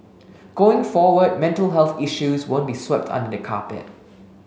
going forward mental health issues won't be swept under the carpet